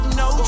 no